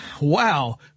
Wow